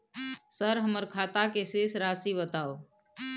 Sir हमर खाता के शेस राशि बताउ?